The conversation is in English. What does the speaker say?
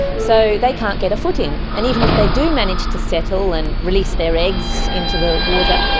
so they can't get a foot in. and even if they do manage to settle and release their eggs into the water,